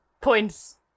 points